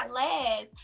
last